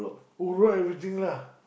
write everything lah